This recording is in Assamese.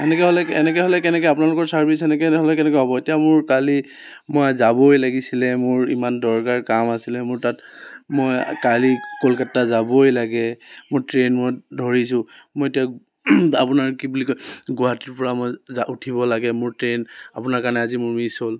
এনেকৈ হ'লে এনেকৈ হ'লে কেনেকৈ আপোনালোকৰ ছাৰ্ভিচ এনেকৈ হ'লে কেনেকৈ হ'ব এতিয়া মোৰ কালি মই যাবই লাগিছিলে মোৰ ইমান দৰকাৰ কাম আছিলে মোৰ তাত মই কালি কলকাতা যাবই লাগে মোৰ ট্ৰেইন মই ধৰিছোঁ মই এতিয়া আপোনাৰ কি বুলি কয় গুৱাহাটীৰ পৰা মই যা উঠিব লাগে মোৰ ট্ৰেইন আপোনাৰ কাৰণে আজি মোৰ মিছ হ'ল